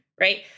right